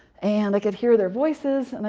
and i could hear their voices. and